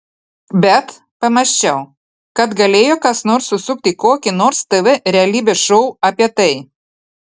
bet pamąsčiau kad galėjo kas nors susukti kokį nors tv realybės šou apie tai